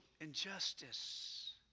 injustice